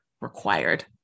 required